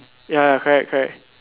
ya ya correct correct